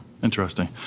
Interesting